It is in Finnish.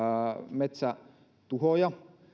metsätuhoja